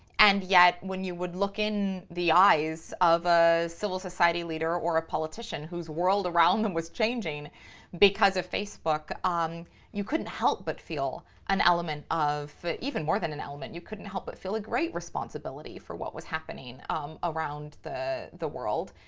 and yet when you would look in the eyes of a civil society leader or a politician whose world around them was changing because of facebook um you couldn't help but feel an element of, even more than an element. you couldn't help but feel a great responsibility for what was happening um around the the world.